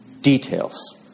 details